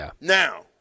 Now